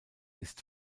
ist